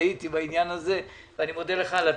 מודה לך על התיקון.